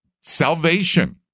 salvation